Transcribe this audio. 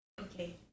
Okay